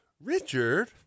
Richard